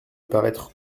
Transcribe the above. paraître